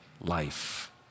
life